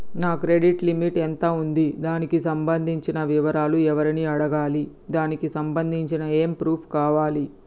నా credit limit ఎంత ఉంది? దానికి సంబంధించిన వివరాలు ఎవరిని అడగాలి? దానికి సంబంధించిన ఏమేం ప్రూఫ్స్ కావాలి?